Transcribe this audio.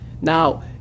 Now